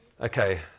Okay